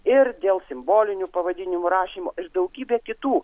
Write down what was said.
ir dėl simbolinių pavadinimų rašymo ir daugybė kitų